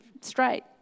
straight